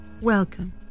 Welcome